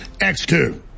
X2